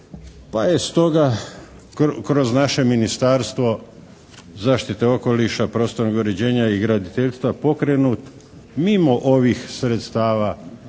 pa je stoga kroz naše Ministarstvo zaštite okoliša, prostornog uređenja i graditeljstva pokrenut mimo ovih sredstava